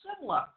similar